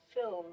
film